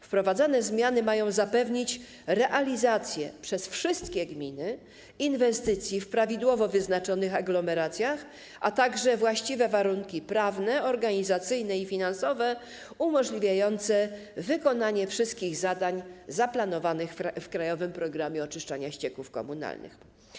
Wprowadzane zmiany mają zapewnić realizację przez wszystkie gminy inwestycji w prawidłowo wyznaczonych aglomeracjach, a także właściwe warunki prawne, organizacyjne i finansowe, umożliwiające wykonanie wszystkich zadań zaplanowanych w ˝Krajowym programie oczyszczania ścieków komunalnych˝